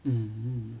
mm